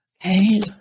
Okay